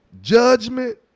judgment